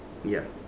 ya